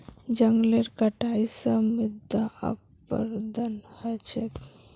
जंगलेर कटाई स मृदा अपरदन ह छेक